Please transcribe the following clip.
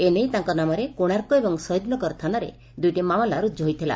ଏ ନେଇ ତାଙ୍କ ନାମରେ କୋଶାର୍କ ଏବଂ ଶହୀଦନଗର ଥାନାରେ ଦୁଇଟି ମାମଲା ରୁକୁ ହୋଇଥିଲା